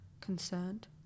concerned